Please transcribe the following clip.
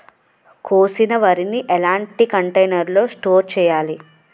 కోసిన వరిని ఎలాంటి కంటైనర్ లో స్టోర్ చెయ్యాలి?